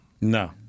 No